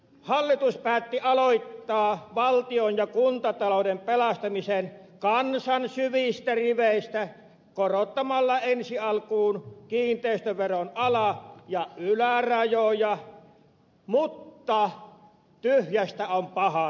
hallitus päätti aloittaa valtion ja kuntatalouden pelastamisen kansan syvistä riveistä korottamalla ensi alkuun kiinteistöveron ala ja ylärajoja mutta tyhjästä on paha nyhjäistä